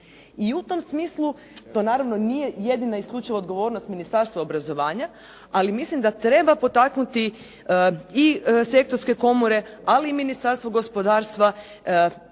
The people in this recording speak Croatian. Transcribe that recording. i u tom smislu to naravno nije jedina i isključiva odgovornost Ministarstva obrazovanja ali mislim da treba potaknuti i sektorske komore ali i Ministarstvo gospodarstva